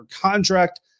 contract